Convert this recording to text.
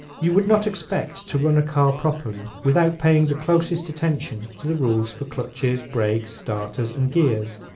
you would not expect to run a car properly without paying the closest attention to the rules for clutches, brakes, starters and gears.